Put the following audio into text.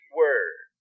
word